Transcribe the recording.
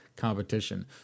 competition